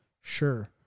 Sure